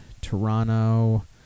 Toronto